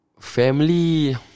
Family